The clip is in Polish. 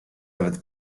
nawet